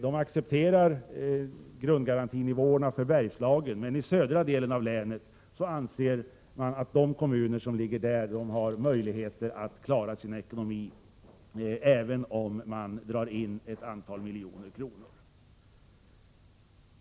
De accepterar grundgarantinivåerna för Bergslagen men anser att de kommuner som ligger i södra delen av länet har möjlighet att klara sin ekonomi även om man drar in ett antal miljoner kronor.